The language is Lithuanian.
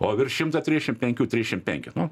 o virš šimto triešim penkių trišim penki nu